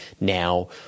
now